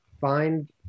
find